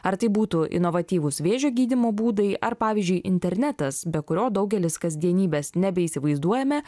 ar tai būtų inovatyvūs vėžio gydymo būdai ar pavyzdžiui internetas be kurio daugelis kasdienybės nebeįsivaizduojame